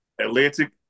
Atlantic